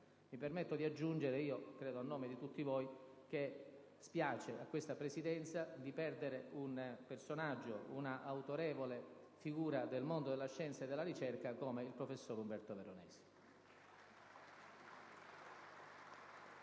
Mi permetto di aggiungere - credo a nome di tutti voi - che spiace a questa Presidenza perdere un'autorevole figura del mondo della scienza e della ricerca come il professor Veronesi.